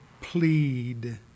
plead